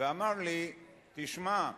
ואמר לי, תשמע,